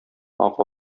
ага